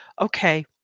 okay